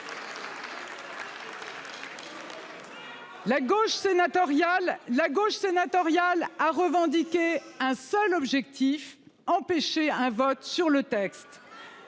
La gauche sénatoriale a revendiqué un seul objectif, empêcher un vote sur le texte.